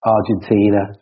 Argentina